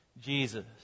Jesus